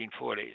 1940s